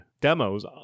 demos